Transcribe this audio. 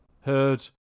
heard